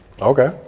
okay